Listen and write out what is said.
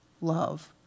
love